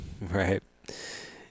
Right